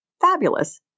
fabulous